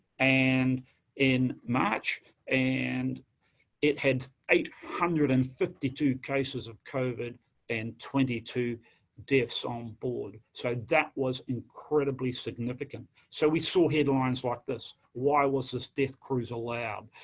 and in march, and it had eight hundred and fifty two cases of covid and twenty two deaths on board, so that was incredibly significant. so, we saw headlines like this, why was this death cruise allowed?